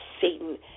Satan